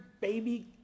baby